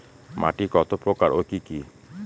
মাটি কতপ্রকার ও কি কী?